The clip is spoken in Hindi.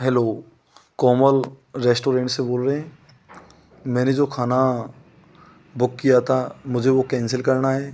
हेलो कोमल रेस्टोरेंट से बोल रहे हैं मैने जो खाना जो बुक किया था मुझे वह कैंसिल करना है